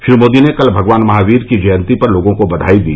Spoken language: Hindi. श्री मोदी ने कल भगवान महावीर की जयंती पर लोगों को बधाई दी